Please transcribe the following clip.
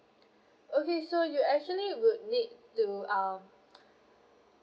okay so you actually would need to um